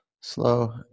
Slow